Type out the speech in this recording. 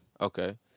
Okay